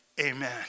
amen